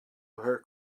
her